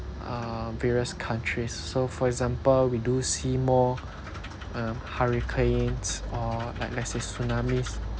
uh various countries so for example we do see more um hurricanes or like massive tsunamis